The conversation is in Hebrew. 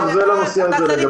זה לגבי הנושא הזה.